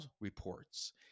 reports